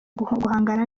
guhangana